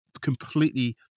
completely